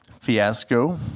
fiasco